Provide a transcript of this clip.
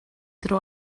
dro